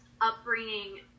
upbringing